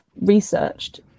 researched